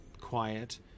quiet